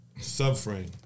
Subframe